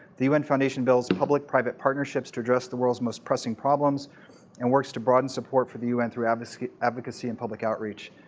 the un foundation builds and public private partnerships to address the world's most pressing problems and works to broaden support for the un through advocacy advocacy and public outreach.